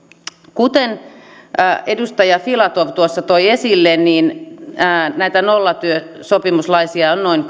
kuten edustaja filatov tuossa toi esille näitä nollatyösopimuslaisia on ollut noin